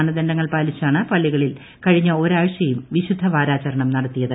മാനദണ്ഡങ്ങൾ പാലിച്ചാണ് പള്ളികളിൽ കഴിഞ്ഞ ഒരാഴ്ചയും വിശുദ്ധ വാരാചരണം നടത്തിയത്